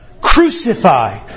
Crucify